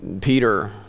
Peter